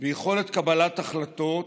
ויכולת קבלת החלטות